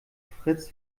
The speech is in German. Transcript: fritz